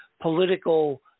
political